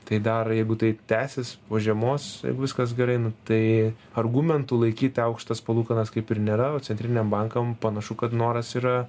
tai dar jeigu tai tęsis po žiemos jeigu viskas gerai nu tai argumentų laikyti aukštas palūkanas kaip ir nėra o centriniam bankam panašu kad noras yra